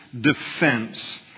defense